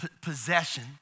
possession